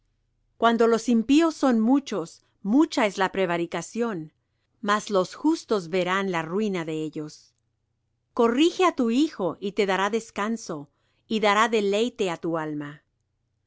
cuando los impíos son muchos mucha es la prevaricación mas los justos verán la ruina de ellos corrige á tu hijo y te dará descanso y dará deleite á tu alma